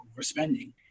overspending